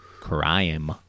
crime